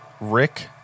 Rick